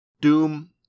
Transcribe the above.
Doom